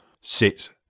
sit